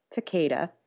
Takeda